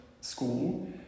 school